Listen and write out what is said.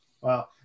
Wow